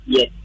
Yes